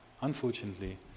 Unfortunately